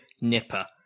nipper